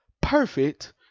perfect